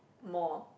more